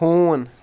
ہوٗن